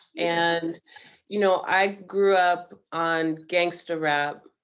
and you know i grew up on gangster rap,